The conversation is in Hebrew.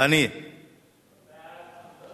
הצביע נגד?